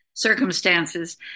circumstances